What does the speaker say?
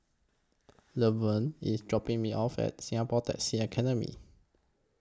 Lavern IS dropping Me off At Singapore Taxi Academy